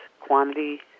quantity